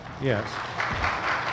yes